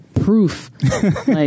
proof